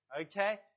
Okay